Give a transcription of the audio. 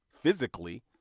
physically